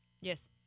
Yes